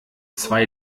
zwei